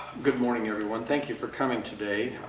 good morning, everyone. thank you for coming today.